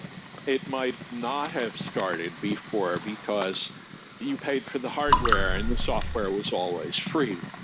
it might not have started before, because you paid for the hardware and software was always free,